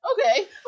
okay